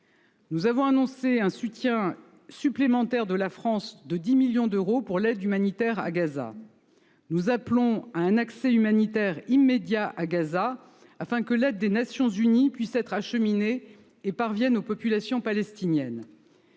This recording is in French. Nous avons annoncé un soutien supplémentaire de la France de 10 millions d’euros pour l’aide humanitaire à Gaza. Nous appelons à un accès humanitaire immédiat à Gaza, afin que l’aide des Nations unies puisse être acheminée et parvienne aux populations palestiniennes.